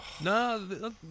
No